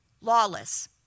lawless